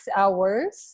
hours